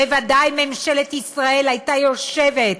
בוודאי ממשלת ישראל הייתה יושבת,